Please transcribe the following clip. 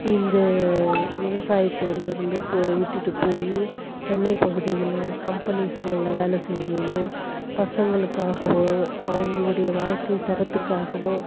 இந்த விவசாயத்துலிருந்து இப்போது விட்டுட்டு போய் சென்னை பகுதிகளில் கம்பெனிஸுங்களில் வேலை செஞ்சுகின்னு பசங்களுக்காகவும் அவங்களுடைய வாழ்க்கை தரத்துக்காகவும்